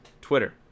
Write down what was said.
Twitter